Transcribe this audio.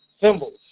symbols